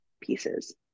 pieces